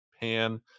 pan